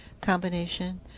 combination